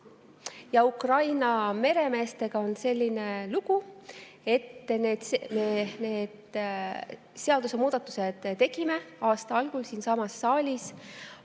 Ukraina meremeestega on selline lugu, et need seadusemuudatused me tegime aasta algul siinsamas saalis,